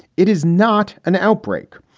it is not an outbreak.